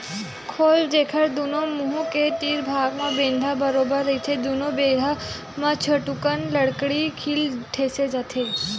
खोल, जेखर दूनो मुहूँ के तीर भाग म बेंधा बरोबर रहिथे दूनो बेधा म छोटकुन लकड़ी के खीला ठेंसे जाथे